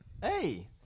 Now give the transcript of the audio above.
Hey